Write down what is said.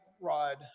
rod